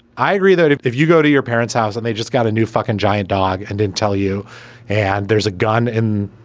i agree that if if you go to your parents house and they just got a new fucking giant dog and then tell you and there's a gun in